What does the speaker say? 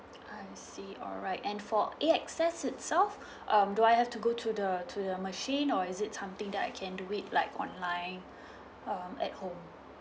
I see alright and for A_X_S itself um do I have to go to the to the machine or is it something that I can do it like online um at home